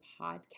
podcast